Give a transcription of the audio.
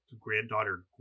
granddaughter